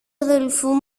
αδελφού